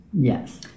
yes